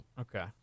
Okay